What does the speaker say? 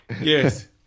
Yes